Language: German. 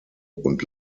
und